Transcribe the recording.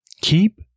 Keep